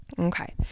Okay